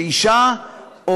שאישה,